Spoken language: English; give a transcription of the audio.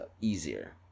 easier